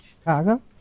Chicago